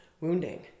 wounding